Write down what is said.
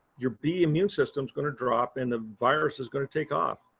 your bee immune system is going to drop, and the virus is going to take off.